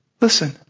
listen